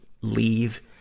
leave